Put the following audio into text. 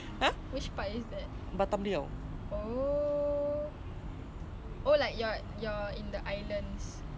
jakarta is actually nice you know oh like you're you're in the islands I want to go bandung